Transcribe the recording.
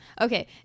Okay